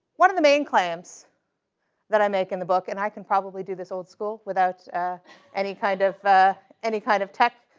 one of the main claims that i make in the book, and i can probably do this old school without any kind of ah any kind of tech